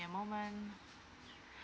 a moment